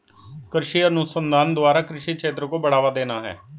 कृषि अनुसंधान द्वारा कृषि क्षेत्र को बढ़ावा देना है